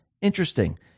Interesting